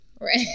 Right